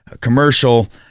commercial